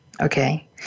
Okay